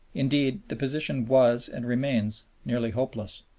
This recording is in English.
indeed, the position was and remains nearly hopeless.